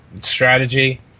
strategy